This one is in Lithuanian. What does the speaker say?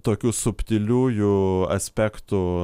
tokių subtiliųjų aspektų